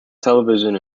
television